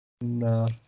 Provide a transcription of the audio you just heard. No